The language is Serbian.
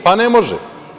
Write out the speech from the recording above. Pa, ne može.